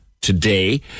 today